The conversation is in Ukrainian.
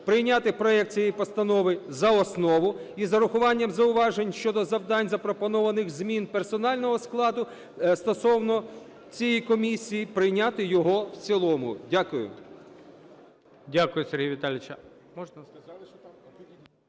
прийняти проект цієї постанови за основу із врахуванням зауважень щодо завдань, запропонованих змін персонального складу стосовно цієї комісії, прийняти його в цілому. Дякую.